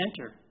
enter